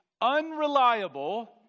unreliable